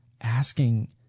asking